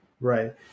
Right